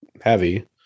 heavy